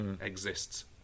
exists